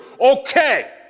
Okay